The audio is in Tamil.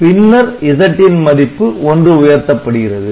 பின்னர் Z ன் மதிப்பு ஒன்று உயர்த்தப்படுகிறது